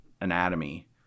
anatomy